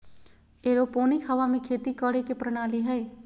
aeroponic हवा में खेती करे के प्रणाली हइ